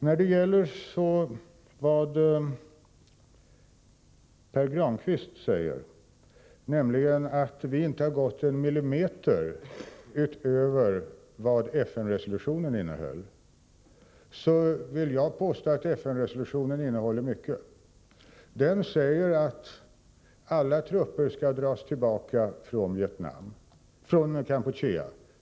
När det så gäller vad Pär Granstedt säger, nämligen att vi inte har gått en millimeter utöver vad FN-resolutionen innehöll, så vill jag påstå att FN-resolutionen innehåller mycket. Där sägs att alla trupper skall dras tillbaka från Kampuchea.